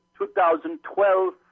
2012